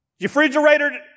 refrigerator